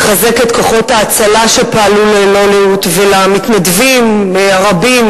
לחזק את כוחות ההצלה שפעלו ללא לאות ולמתנדבים הרבים,